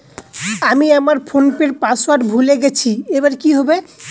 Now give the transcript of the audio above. আমি আমার ফোনপের পাসওয়ার্ড ভুলে গেছি এবার কি হবে?